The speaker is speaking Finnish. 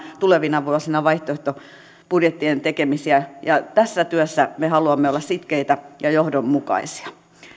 tulevina vuosina vaihtoehtobudjettien tekemisiä ja tässä työssä me haluamme olla sitkeitä ja johdonmukaisia